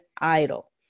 idle